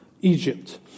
Egypt